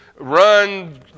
Run